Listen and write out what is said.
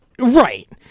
Right